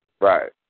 Right